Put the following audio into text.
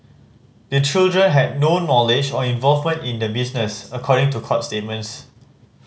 the children had no knowledge or involvement in the business according to court statements